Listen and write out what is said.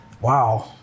wow